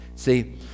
See